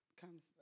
comes